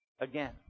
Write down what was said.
Again